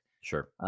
Sure